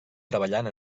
treballant